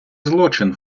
злочин